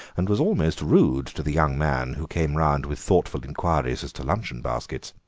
and was almost rude to the young man who came round with thoughtful inquiries as to luncheon-baskets.